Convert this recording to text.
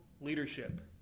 leadership